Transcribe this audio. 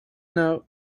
note